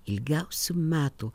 ilgiausių metų